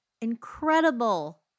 incredible